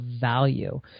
value